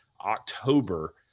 October